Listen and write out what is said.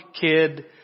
kid